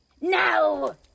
Now